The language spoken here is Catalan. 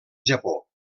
japó